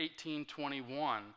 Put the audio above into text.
18.21